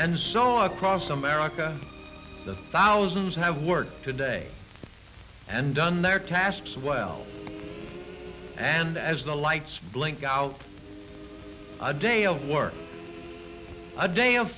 and so i cross america the thousands who have worked today and done their tasks well and as the lights blink out a day of work a day of